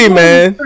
man